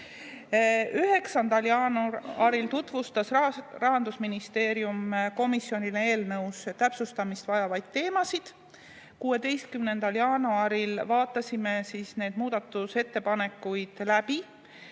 9. jaanuaril tutvustas Rahandusministeerium komisjonile eelnõus täpsustamist vajavaid teemasid. 16. jaanuaril vaatasime neid muudatusettepanekuid läbi.